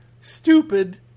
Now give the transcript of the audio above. stupid